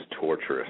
torturous